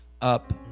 up